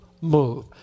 move